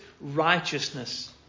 righteousness